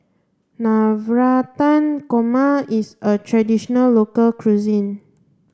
Navratan Korma is a traditional local cuisine